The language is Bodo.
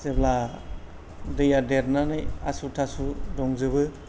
जेब्ला दैया देरनानै आसु थासु दंजोबो